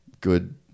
Good